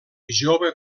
jove